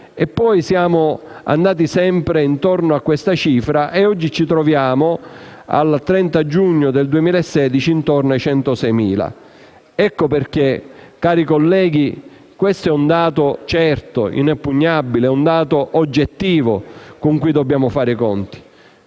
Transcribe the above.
ci siamo aggirati sempre intorno a questa cifra e ci troviamo oggi, al 30 giugno del 2016, intorno ai 106.000 arretrati. Ecco perché, cari colleghi, questo è un dato certo, inoppugnabile e oggettivo con cui dobbiamo fare i conti.